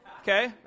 Okay